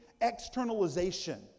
externalization